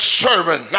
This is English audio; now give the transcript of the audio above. servant